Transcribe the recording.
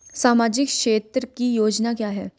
सामाजिक क्षेत्र की योजना क्या है?